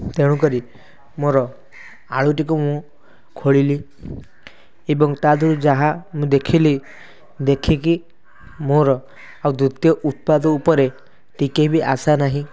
ତେଣୁ କରି ମୋର ଆଳୁଟିକୁ ମୁଁ ଖୋଳିଲି ଏବଂ ତା' ଦେହରୁ ଯାହା ମୁଁ ଦେଖିଲି ଦେଖିକି ମୋର ଆଉ ଦ୍ୱିତାୟ ଉତ୍ପାଦ ଉପରେ ଟିକେ ବି ଆଶା ନାହିଁ